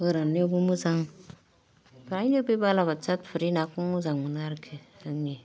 फोराननायावबो मोजां फ्रायनो बे बालाबाथिया थुरि नाखौ मोजां मोनो आरखि जोंनि